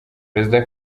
perezida